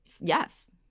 yes